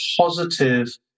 positive